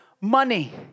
money